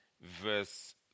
verse